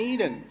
Eden